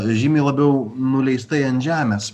žymiai labiau nuleistai ant žemės